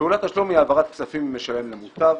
פעולת תשלום היא העברת כספים ממשלם למוטב,